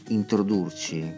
introdurci